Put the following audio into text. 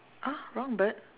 !huh! wrong bird